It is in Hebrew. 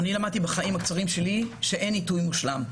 למדתי בחיים הקצרים שלי שאין עיתוי מושלם.